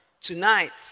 Tonight